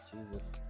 jesus